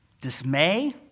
dismay